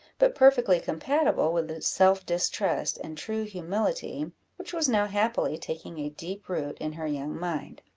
but perfectly compatible with the self-distrust and true humility which was now happily taking a deep root in her young mind.